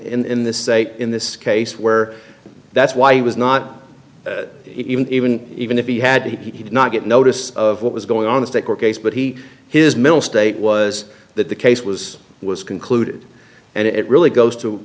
in this say in this case where that's why he was not even even even if he had he did not get notice of what was going on a state court case but he his mental state was that the case was was concluded and it really goes to